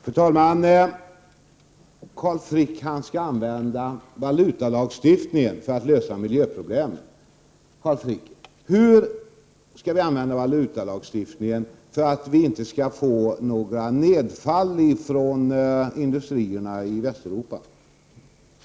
Fru talman! Carl Frick skall använda valutalagstiftningen för att lösa miljöproblem. Hur skall vi använda valutalagstiftningen för att vi inte skall få några nedfall från industrierna i Västeuropa?